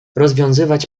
rozwiązywać